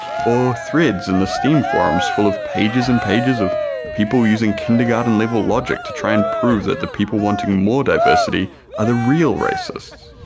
or threads in the steam forums full of pages and pages of people using kindergarten level logic to try and prove that the people wanting more diversity are the real racists.